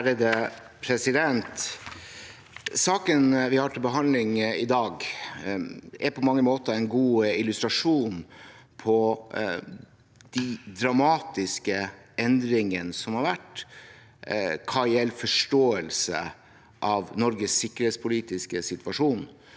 leder): Saken vi har til behandling i dag, er på mange måter en god illustrasjon på de dramatiske endringene som har vært hva gjelder forståelsen av Norges sikkerhetspolitiske situasjon.